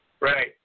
Right